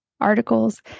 articles